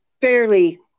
fairly